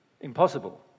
Impossible